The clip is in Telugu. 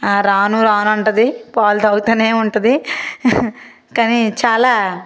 రాను రాను అంటుంది పాలు తాగుతా ఉంటుంది కానీ చాలా